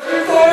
אנשים טועים.